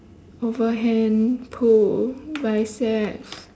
over hand pull biceps